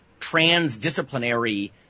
transdisciplinary